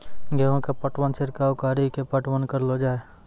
गेहूँ के पटवन छिड़काव कड़ी के पटवन करलो जाय?